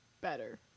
better